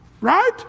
Right